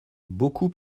beaucoup